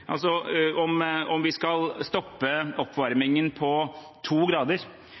Om vi skal stoppe oppvarmingen på 2 grader,